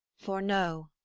for know,